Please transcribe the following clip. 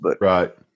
Right